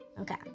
Okay